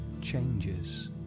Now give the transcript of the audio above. changes